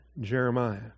Jeremiah